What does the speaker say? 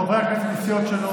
חברי כנסת מסיעות שונות,